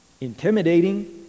intimidating